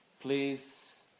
Please